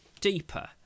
deeper